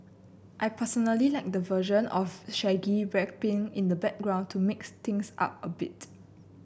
I personally like the version of Shaggy rapping in the background to mix things up a bit